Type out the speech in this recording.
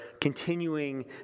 continuing